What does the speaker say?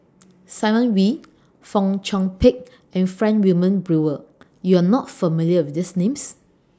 Simon Wee Fong Chong Pik and Frank Wilmin Brewer YOU Are not familiar with These Names